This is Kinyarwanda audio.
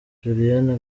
julienne